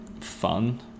fun